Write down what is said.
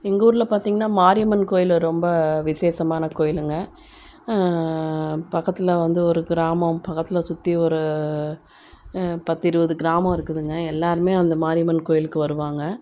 எங்கள் ஊரில் பார்த்தீங்கன்னா மாரியம்மன் கோயில் ரொம்ப விசேஷமான கோயிலுங்க பக்கத்தில் வந்து ஒரு கிராமம் பக்கத்தில் சுற்றி ஒரு பத்து இருபது கிராமம் இருக்குதுங்க எல்லாேருமே அந்த மாரியம்மன் கோயிலுக்கு வருவாங்க